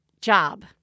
job